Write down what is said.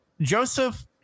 Joseph